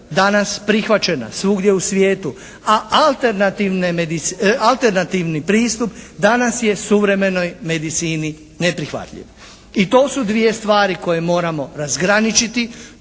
danas prihvaćena svugdje u svijetu. Ali alternativni pristup danas je suvremenoj medicini neprihvatljiv I to su dvije stvari koje moramo razgraničiti.